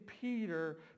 Peter